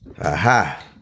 Aha